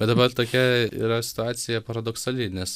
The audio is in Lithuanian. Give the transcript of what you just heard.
bet dabar tokia yra situacija paradoksali nes